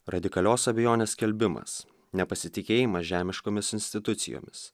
radikalios abejonės skelbimas nepasitikėjimas žemiškomis institucijomis